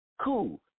Cool